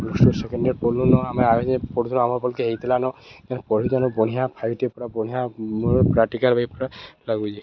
plus two second year ପଢ୍ଲୁନେଁ ଆମ ଆଏ ଯେ ପଢ଼ୁ ଆମ ଭଲକେ ହେଇଥିଲାନ ପଢ଼ୁନ ବ଼ିଁ ଫାଇଭ୍ଟି ପୁରା ମୂଳରୁ ପ୍ରାକ୍ଟିକାଲ୍ ଟାଇପର ଲାଗୁଚି